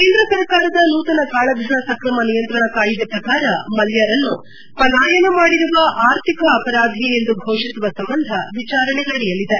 ಕೇಂದ್ರ ಸರಕಾರದ ನೂತನ ಕಾಳಧನ ಸಕ್ರಮ ನಿಯಂತ್ರಣ ಕಾಯಿದೆ ಪ್ರಕಾರ ಮಲ್ಯರನ್ನು ಪಲಾಯನ ಮಾಡಿರುವ ಆರ್ಥಿಕ ಅಪರಾಧಿ ಎಂದು ಘೋಷಿಸುವ ಸಂಬಂಧ ವಿಚಾರಣೆ ನಡೆಯಲಿದೆ